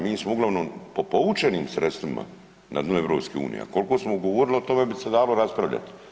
Mi smo uglavnom po povučenim sredstvima na dnu EU, a koliko smo ugovorili o tome bi se dalo raspravljati.